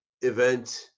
event